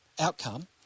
outcome